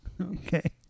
Okay